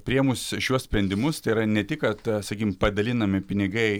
priėmus šiuos sprendimus tai yra ne tik kad sakykim padalinami pinigai